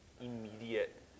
immediate